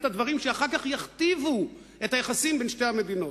הדברים שאחר כך יכתיבו את היחסים בין שתי המדינות.